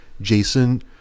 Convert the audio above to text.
Jason